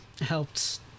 helped